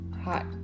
Hot